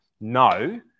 No